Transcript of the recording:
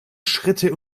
schritte